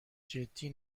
جدی